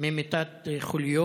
ממיטת חוליו,